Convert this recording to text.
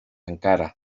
encara